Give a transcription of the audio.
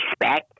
respect